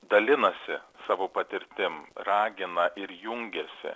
dalinasi savo patirtim ragina ir jungiasi